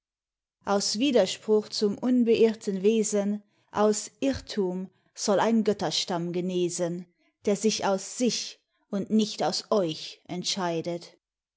aus widerspruch zum unbeirrten wesen aus irr tum soll ein götterstamm genesen der sich aus sich und nicht aus euch entscheidet